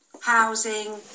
housing